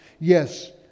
Yes